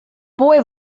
boy